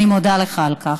אני מודה לך על כך.